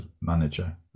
manager